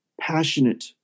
passionate